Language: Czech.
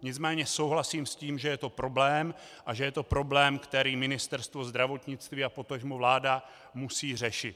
Nicméně souhlasím s tím, že je to problém a že je to problém, který Ministerstvo zdravotnictví a potažmo vláda musí řešit.